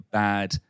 bad